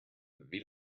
wie